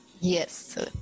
Yes